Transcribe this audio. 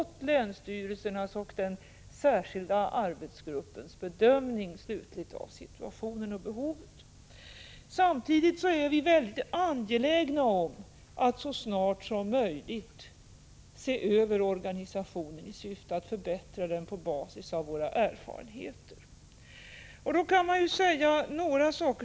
1985/86:15 länsstyrelsernas och den särskilda arbetsgruppens slutgiltiga bedömning av 22 oktober 1985 situationen och behovet. Samtidigt är vi mycket angelägna om att så snart som möjligt se över organisationen i syfte att förbättra den på basis av våra Kg örat erfarenheter. Då är det viktigt att slå fast följande.